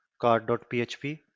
card.php